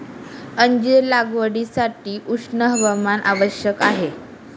अंजीर लागवडीसाठी उष्ण हवामान आवश्यक आहे